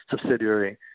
subsidiary